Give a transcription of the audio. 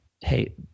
hey